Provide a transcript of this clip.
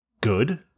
good